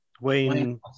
Wayne